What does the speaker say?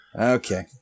Okay